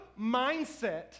mindset